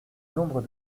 nombre